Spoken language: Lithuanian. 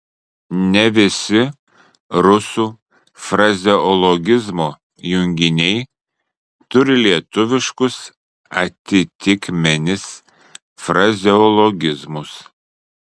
ne visi rusų frazeologizmo junginiai turi lietuviškus atitikmenis frazeologizmus